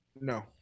No